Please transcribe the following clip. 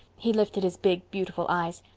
he lifted his big beautiful eyes.